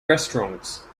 restaurants